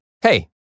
Hey